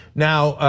now,